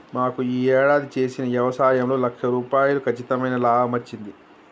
మాకు యీ యేడాది చేసిన యవసాయంలో లక్ష రూపాయలు కచ్చితమైన లాభమచ్చింది